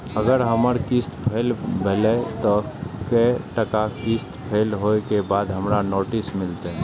अगर हमर किस्त फैल भेलय त कै टा किस्त फैल होय के बाद हमरा नोटिस मिलते?